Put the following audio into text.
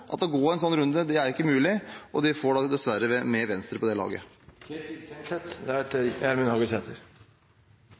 at det å gå en slik runde ikke er mulig, og man får dessverre Venstre med på det